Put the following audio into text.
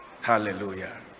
Hallelujah